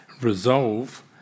resolve